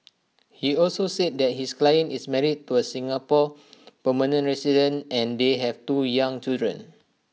he also said that his client is married to A Singapore permanent resident and they have two young children